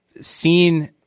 seen